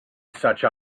such